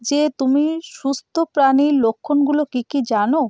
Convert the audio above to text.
যে তুমি সুস্থ প্রাণীর লক্ষণগুলো কী কী জানো